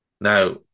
Now